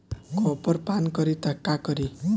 Copper पान करी त का करी?